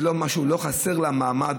זה לא חסר לה, למעמד.